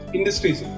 Industries